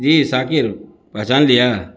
جی شاکر پہچان لیا